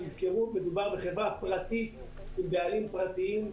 אז תזכרו, מדובר בחברה פרטית עם בעלים פרטיים.